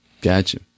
Gotcha